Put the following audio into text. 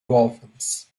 dolphins